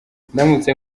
ndamutse